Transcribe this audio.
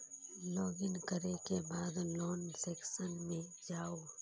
log in करै के बाद लोन सेक्शन मे जाउ